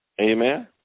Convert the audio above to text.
amen